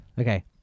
Okay